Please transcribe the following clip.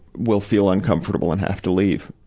will feel uncomfortable and have to leave.